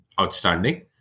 outstanding